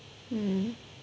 hmm